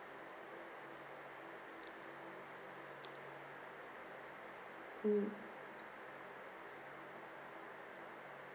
mm